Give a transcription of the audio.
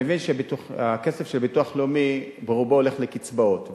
שהכסף של הביטוח הלאומי ברובו הולך לקצבאות,